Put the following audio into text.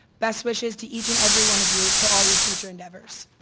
best wishes to each and every one of you to all your future endeavors.